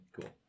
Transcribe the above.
cool